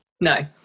No